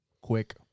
quick